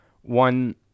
one